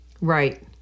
Right